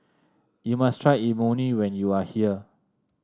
you must try Imoni when you are here